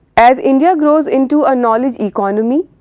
as india grows into a knowledge economy,